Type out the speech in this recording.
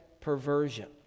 perversion